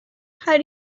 how